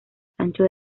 sancho